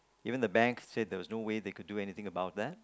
even the bank said there was no way they could do anything about that